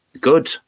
good